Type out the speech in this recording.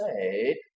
say